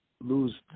lose